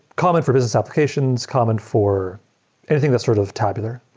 common for business applications, common for anything that's sort of tabular.